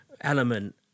element